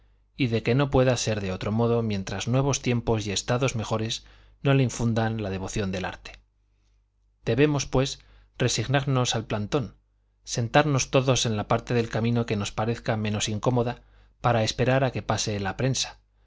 y de que no pueda ser de otro modo mientras nuevos tiempos y estados mejores no le infundan la devoción del arte debemos pues resignarnos al plantón sentarnos todos en la parte del camino que nos parezca menos incómoda para esperar a que pase la prensa